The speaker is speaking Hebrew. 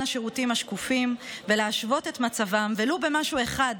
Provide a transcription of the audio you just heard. השירותים השקופים ולהשוות את מצבם ולו במשהו אחד,